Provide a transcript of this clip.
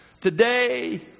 Today